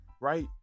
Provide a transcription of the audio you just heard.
Right